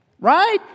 right